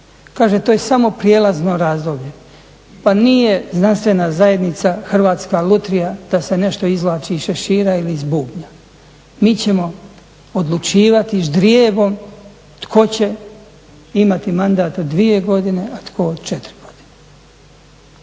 Kaže to je samo prijelazno razdoblje. Pa nije znanstvena zajednica Hrvatska lutrija da se nešto izvlači iz šešira ili iz bubnja, mi ćemo odlučivati ždrijebom tko će imati mandat 2 godine a tko 4 godine.